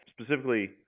specifically